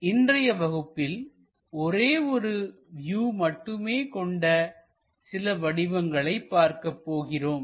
இன்றைய வகுப்பில் ஒரேயொரு வியூ மட்டுமே கொண்ட சில வடிவங்களை பார்க்கப்போகிறோம்